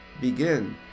begin